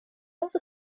also